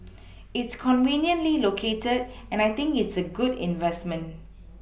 it's conveniently located and I think it's a good investment